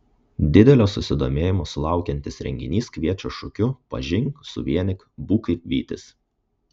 didelio susidomėjimo sulaukiantis renginys kviečia šūkiu pažink suvienyk būk kaip vytis